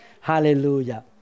Hallelujah